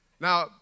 Now